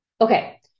Okay